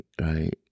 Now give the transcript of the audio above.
right